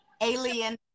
Alien